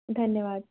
धन्यवाद